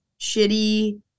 shitty